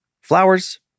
Flowers